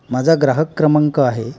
माझा ग्राहक क्रमांक आहे